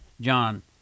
John